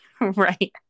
right